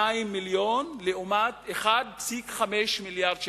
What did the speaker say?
2 מיליונים לעומת 1.5 מיליארד שקל.